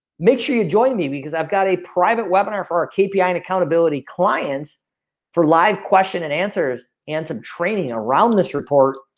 make sure you join me because i've got a private webinar for our kp yeah and accountability clients for live question and answers and some training around this report,